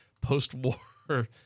post-war